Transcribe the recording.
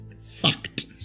fact